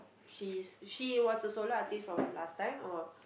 she's she was a solo artist from last time or